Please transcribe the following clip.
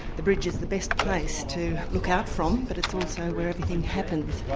the bridge is the best place to look out from but it's also where everything happens.